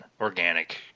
organic